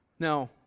Now